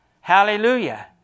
Hallelujah